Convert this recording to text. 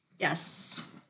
Yes